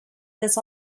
this